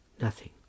nothing